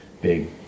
big